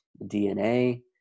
DNA